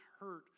hurt